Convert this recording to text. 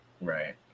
Right